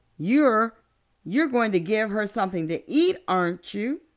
you're you're going to give her something to eat, aren't you?